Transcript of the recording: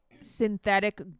synthetic